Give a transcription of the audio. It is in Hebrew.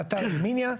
באתר אל-מיניה,